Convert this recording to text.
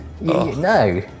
No